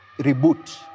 reboot